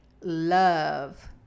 love